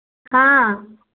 हाँ